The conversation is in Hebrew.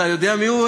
אתה יודע מיהו,